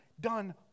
done